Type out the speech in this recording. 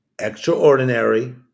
extraordinary